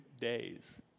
days